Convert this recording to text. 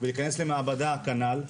ולהיכנס למעבדה כנ"ל.